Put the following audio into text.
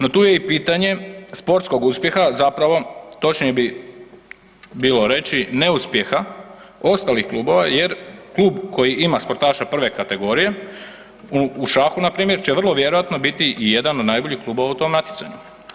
No tu je i pitanje sportskog uspjeha zapravo, točnije bi bilo reći neuspjeha ostalih klubova jer klub koji ima sportaša prve kategorije u šaku na primjer, će vrlo vjerojatno biti i jedan od najboljih klubova u tom natjecanju.